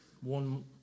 one